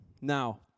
Now